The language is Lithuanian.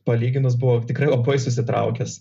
palyginus buvo tikrai labai susitraukęs